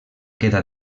queda